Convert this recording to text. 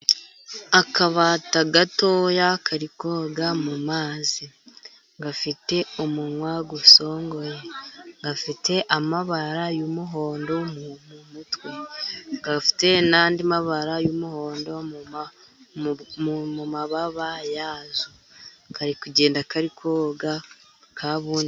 Akabata gatoya kari koga mu mazi. Gafite umunwa usongoye, gafite amabara y'umuhondo mu mutwe, gafite n'andi mabara y'umuhondo mu mababa yako, kari kugenda kari koga kabundi.